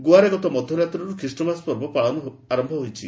ଗୋଆରେ ଗତ ମଧ୍ୟରାତ୍ରରୁ ଖ୍ରୀଷ୍ଟମାସ ପାଳନ ଆରମ୍ଭ ହୋଇଛି